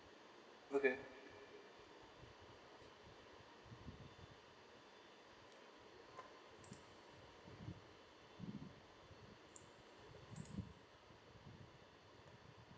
okay